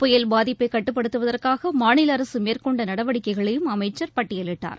புயல் பாதிப்பை கட்டுப்படுத்துவதற்காக மாநில அரசு மேற்கொண்ட நடவடிக்கைகளையும் அமைச்ச் பட்டியலிடடார்